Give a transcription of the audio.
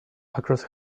across